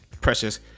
Precious